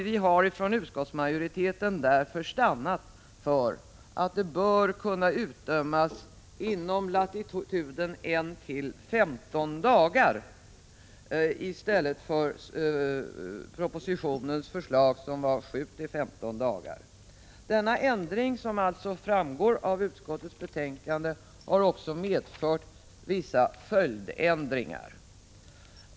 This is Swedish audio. Vi från utskottsmajoriteten har därför stannat för att det bör kunna utdömas inom latituden 1—15 dagar, i stället för som enligt propositionens förslag 7—-15 dagar. Denna ändring, som alltså framgår av utskottsbetänkandet, har medfört vissa följdändringar.